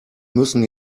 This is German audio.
müssen